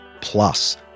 plus